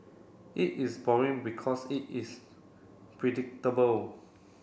it is boring because it is predictable